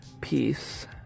peace